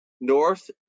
north